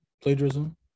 plagiarism